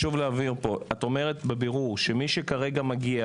יש להבהיר את אומרת בבירור שמי שכרגע מגיע